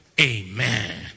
Amen